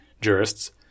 jurists